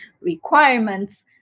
requirements